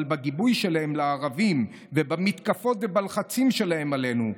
אבל בגיבוי שלהם לערבים ובמתקפות ובלחצים שלהם עלינו,